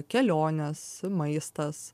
kelionės maistas